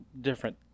different